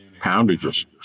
poundages